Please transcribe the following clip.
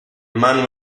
man